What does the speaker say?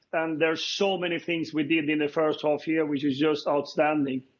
there's so many things we did in the first ah half year which is just outstanding.